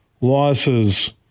losses